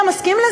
נכון?